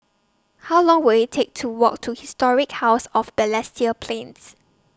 How Long Will IT Take to Walk to Historic House of Balestier Plains